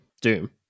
Doom